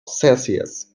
celsius